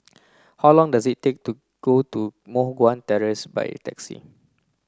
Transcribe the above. how long does it take to get to Moh Guan Terrace by taxi